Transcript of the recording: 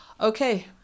Okay